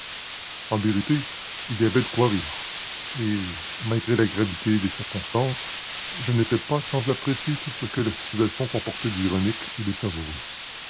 en vérité il y avait de quoi rire et malgré la gravité des circonstances je n'étais pas sans apprécier tout ce que la situation comportait d'ironique et de savoureux